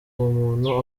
umuntu